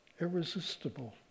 irresistible